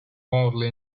wildly